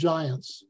Giants